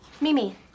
Mimi